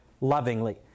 lovingly